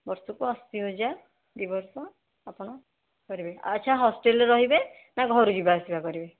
ବର୍ଷକୁ ଅଶୀ ହଜାର ଦୁଇ ବର୍ଷ ଆପଣ କରିବେ ଆଚ୍ଛା ହଷ୍ଟେଲ୍ରେ ରହିବେ ନା ଘରୁ ଯିବା ଆସିବା କରିବେ